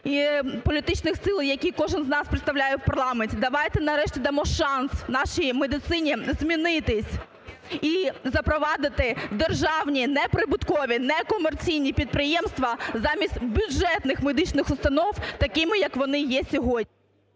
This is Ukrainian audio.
політичних сил, які кожен з нас представляє у парламенті, давайте нарешті дамо шанс нашій медицині змінитися і запровадити державні неприбуткові, некомерційні підприємства замість бюджетних медичних установ, такими, як вони є сьогодні.